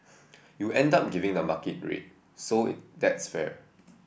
you end up giving the market rate so that's fair